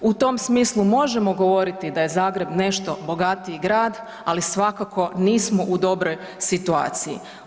U tom smislu možemo govoriti da je Zagreb nešto bogatiji grad, ali svakako nismo u dobroj situaciji.